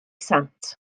sant